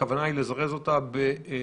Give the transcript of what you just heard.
הכוונה היא לזרז אותה בפעולתה